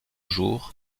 jours